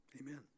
amen